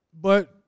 But-